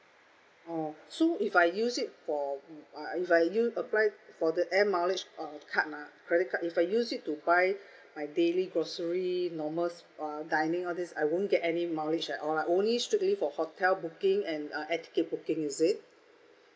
oh so if I use it for mm if I like use apply for the air mileage uh card ha credit card if I use it to buy my daily grocery normal s~ uh dining all this I won't get any mileage at all lah only strictly for hotel booking and uh air ticket booking is it